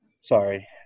Sorry